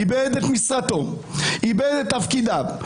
איבד את משרדתו, איבד את תפקידיו.